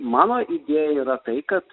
mano idėja yra tai kad